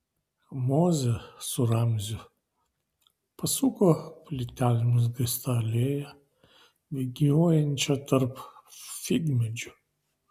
mozė su ramziu pasuko plytelėmis grįsta alėja vingiuojančia tarp figmedžių